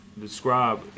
describe